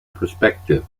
perspective